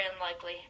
unlikely